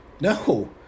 No